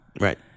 Right